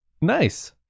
Nice